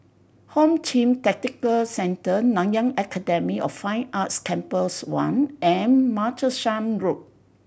Home Team Tactical Cenetr Nanyang Academy of Fine Arts Campus One and Martlesham Road